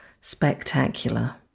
spectacular